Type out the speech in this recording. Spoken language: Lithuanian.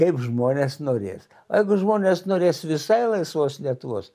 kaip žmonės norės jeigu žmonės norės visai laisvos lietuvos